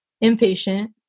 impatient